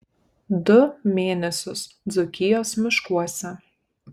du mėnesius dzūkijos miškuose